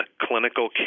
clinical